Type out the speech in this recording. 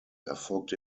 erfolgte